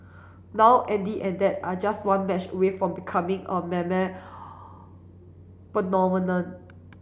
now Andy and dad are just one match away from becoming a phenomenon